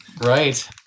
Right